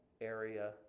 area